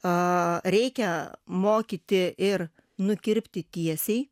a reikia mokyti ir nukirpti tiesiai